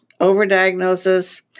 overdiagnosis